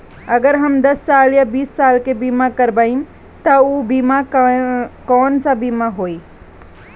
अगर हम दस साल या बिस साल के बिमा करबइम त ऊ बिमा कौन सा बिमा होई?